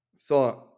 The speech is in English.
thought